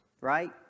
Right